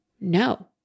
no